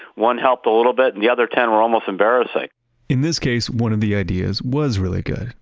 one helped a little bit, and the other ten were almost embarrassing in this case one of the ideas was really good.